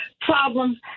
problems